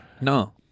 No